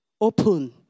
Open